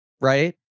right